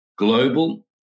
global